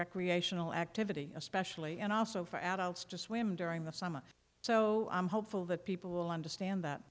recreational activity especially and also for adults to swim during the summer so i'm hopeful that people will understand that